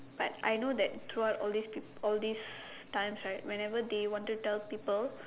but I know that towards all this [pe] all these times right whenever they want to tell people